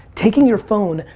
taking your phone,